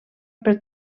per